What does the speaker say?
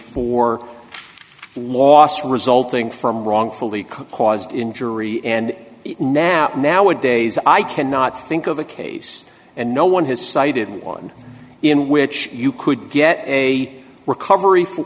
for loss resulting from wrongfully caused injury and now nowadays i cannot think of a case and no one has cited one in which you could get a recovery